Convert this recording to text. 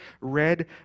read